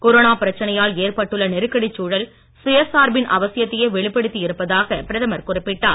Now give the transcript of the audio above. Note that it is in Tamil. கொரோனா பிரச்சனையால் ஏற்பட்டுள்ள நெருக்கடிச் சூழல் சுயசார்பின் அவசியத்தையே வெளிப்படுத்தி இருப்பதாக பிரதமர் குறிப்பிட்டார்